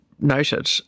noted